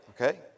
Okay